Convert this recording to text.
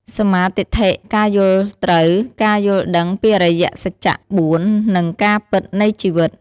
សម្មាទិដ្ឋិ ការយល់ត្រូវ ការយល់ដឹងពីអរិយសច្ច ៤ និងការពិតនៃជីវិត។